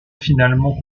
finalement